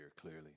clearly